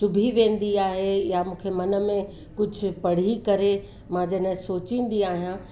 चुभी वेंदी आहे या मूंखे मन में कुझु पढ़ी करे मां जॾहिं सोचींदी आहियां